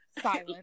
silent